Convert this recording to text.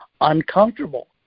uncomfortable